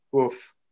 oof